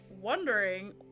wondering